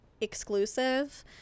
exclusive